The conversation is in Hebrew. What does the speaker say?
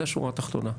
זה השורה התחתונה.